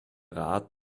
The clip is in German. rat